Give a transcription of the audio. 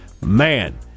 man